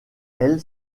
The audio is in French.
elle